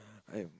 I